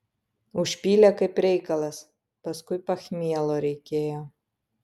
užpylė kaip reikalas paskui pachmielo reikėjo